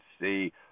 see